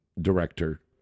director